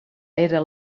era